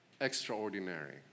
Extraordinary